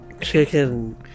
Chicken